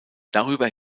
darüber